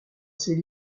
ses